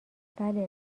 بله